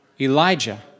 Elijah